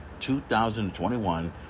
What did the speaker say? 2021